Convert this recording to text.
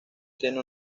tiene